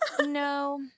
No